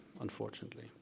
unfortunately